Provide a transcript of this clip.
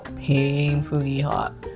painfully hot.